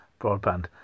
broadband